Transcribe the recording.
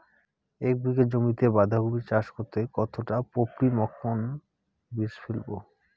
এক বিঘা জমিতে বাধাকপি চাষ করতে কতটা পপ্রীমকন বীজ ফেলবো?